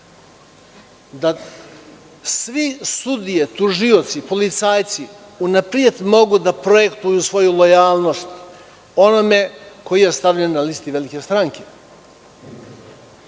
sve sudije, tužioci, policajci unapred mogu da projektuju svoju lojalnost onome ko je stavljen na listu velike stranke. Mislio